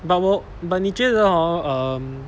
but 我 but 你觉得哦 um